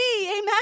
Amen